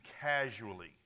casually